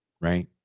right